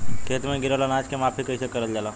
खेत में गिरल अनाज के माफ़ी कईसे करल जाला?